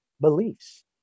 beliefs